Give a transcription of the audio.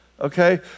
Okay